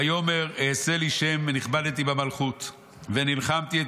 ויאמר אעשה לי שם ונכבדתי במלכות ונלחמתי את